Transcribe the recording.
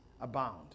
abound